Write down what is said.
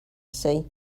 see